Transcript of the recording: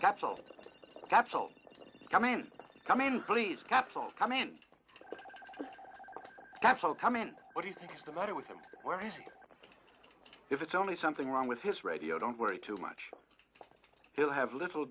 that's all that's all i mean i mean please capsule i mean that's what he thinks the matter with him if it's only something wrong with his radio don't worry too much he'll have little